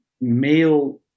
male